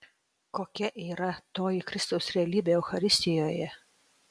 kokia yra toji kristaus realybė eucharistijoje